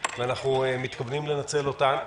ואנחנו מתכוונים לנצל אותן.